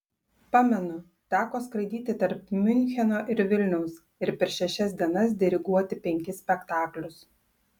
pamenu teko skraidyti tarp miuncheno ir vilniaus ir per šešias dienas diriguoti penkis spektaklius